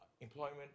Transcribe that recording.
employment